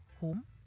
home